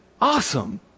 Awesome